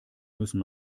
müssen